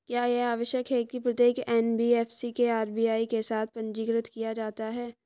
क्या यह आवश्यक है कि प्रत्येक एन.बी.एफ.सी को आर.बी.आई के साथ पंजीकृत किया जाए?